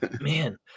Man